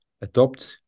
adopt